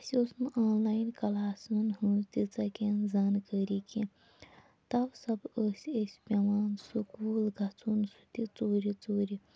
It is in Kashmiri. اَسہِ اوس نہٕ آنلاِین کَلاسَن ہٕنٛز تہِ تیٖژاہ کیٚنہہ زانکٲری کینٛہہ تَو سب ٲسۍ أسۍ پیٚوان سکوٗل گَژھُن سُہ تہِ ژوٗرِ ژوٗرِ